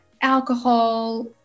alcohol